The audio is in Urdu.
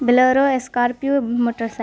بلورو اسکارپیو موٹر سا